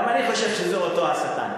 גם אני חושב שזה אותו השטן.